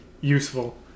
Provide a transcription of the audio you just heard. useful